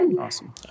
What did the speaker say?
Awesome